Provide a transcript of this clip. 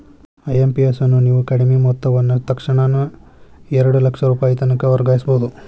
IMPS ಅನ್ನು ನೇವು ಕಡಿಮಿ ಮೊತ್ತವನ್ನ ತಕ್ಷಣಾನ ಎರಡು ಲಕ್ಷ ರೂಪಾಯಿತನಕ ವರ್ಗಾಯಿಸ್ಬಹುದು